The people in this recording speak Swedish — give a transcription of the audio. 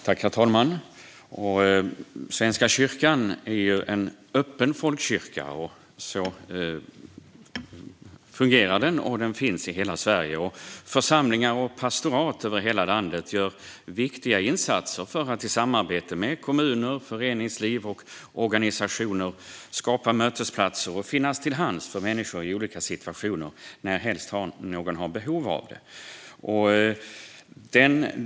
Herr talman! Svenska kyrkan är en öppen folkkyrka. Och den finns i hela Sverige. Församlingar och pastorat över hela landet gör viktiga insatser för att i samarbete med kommuner, föreningsliv och organisationer skapa mötesplatser och finnas till hands för människor i olika situationer, närhelst någon har behov av det.